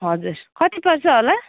हजुर कति पर्छ होला